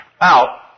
out